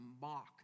mock